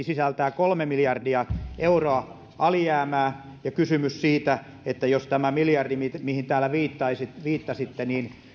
sisältää kolme miljardia euroa alijäämää ja kysymys on siitä että jos tämä miljardi mihin täällä viittasitte